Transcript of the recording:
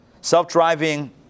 self-driving